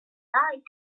lied